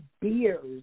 beers